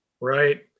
Right